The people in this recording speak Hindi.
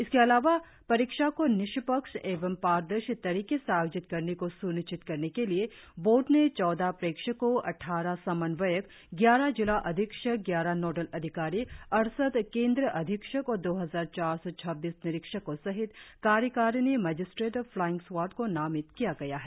इसके अलावा परीक्षा को निष्पक्ष एवं पारदर्शी तरीके से आयोजित करने को स्निश्चित करने के लिए बोर्ड ने चौदह प्रेक्षकों अद्वारह समन्वयक ग्यारह जिला अधीक्षक ग्यारह नोडल अधिकारी अड़सठ केंद्र अधीक्षक और दो हजार चार सौ छब्बीस निरीक्षको सहित कार्यकारिणी मजिस्ट्रेड और फ्लाईंग स्क्वाड को नामित किया गया है